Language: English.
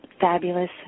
fabulous